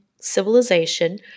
civilization